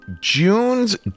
June's